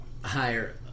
higher